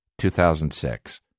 2006